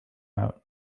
out